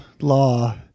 law